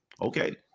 okay